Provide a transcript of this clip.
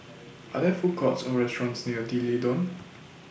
Are There Food Courts Or restaurants near D'Leedon